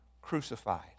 crucified